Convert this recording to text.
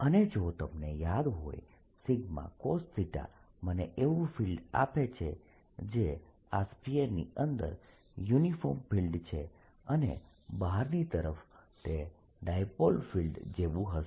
અને જો તમને યાદ હોય cos મને એવું ફિલ્ડ આપે છે જે આ સ્ફીયરની અંદર યુનિફોર્મ ફિલ્ડ છે અને બહારની તરફ તે ડાયપોલ ફિલ્ડ જેવું હશે